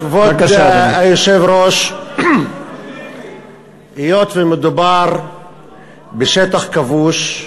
כבוד היושב-ראש, היות שמדובר בשטח כבוש,